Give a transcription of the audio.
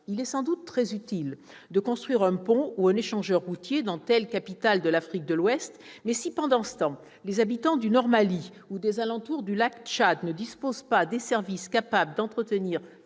il est sans doute très utile de construire un pont ou un échangeur routier dans telle capitale de l'Afrique de l'Ouest, mais si, pendant ce temps, les habitants du nord du Mali ou des alentours du lac Tchad ne disposent pas de services capables d'entretenir